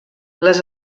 les